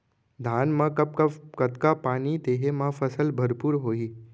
धान मा कब कब कतका पानी देहे मा फसल भरपूर होही?